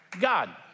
God